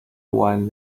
one